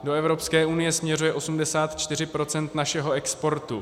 Do Evropské unie směřuje 84 % našeho exportu.